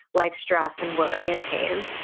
like stress and worry and pain,